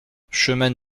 chemin